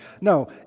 No